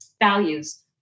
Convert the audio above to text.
Values